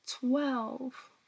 twelve